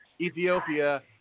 Ethiopia